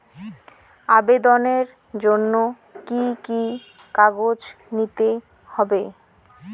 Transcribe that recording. আবেদনের জন্য কি কি কাগজ নিতে হবে?